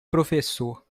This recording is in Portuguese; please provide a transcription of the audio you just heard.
professor